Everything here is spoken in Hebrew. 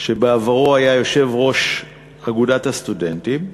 שבעברו היה יושב-ראש אגודת הסטודנטים,